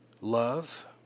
Love